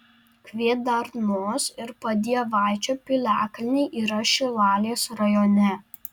kvėdarnos ir padievaičio piliakalniai yra šilalės rajone